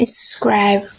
subscribe